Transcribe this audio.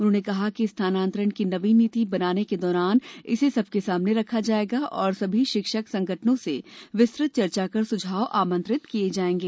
उन्होंने कहा कि स्थानांतरण की नवीन नीति बनाने के दौरान इसे सबके सामने रखा जाएगा और सभी शिक्षक संगठनों से विस्तृत चर्चा कर सुझाव आमंत्रित किए जाएंगे